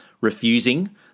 refusing